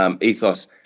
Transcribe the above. ethos